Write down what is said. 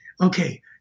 okay